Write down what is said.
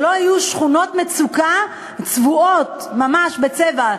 שלא יהיו שכונות מצוקה צבועות ממש בצבע,